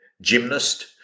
gymnast